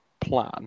plan